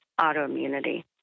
autoimmunity